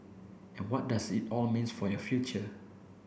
and what does it all means for your future